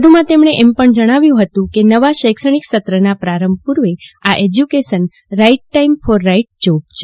વધુમાં તેમણે એમ પણ જણાવ્યુ ફતુ કે નવા શૈક્ષણિક સત્રના પ્રારંભ પુર્વે આ education right time for right job છે